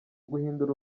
guhindura